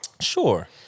Sure